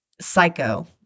psycho